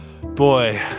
Boy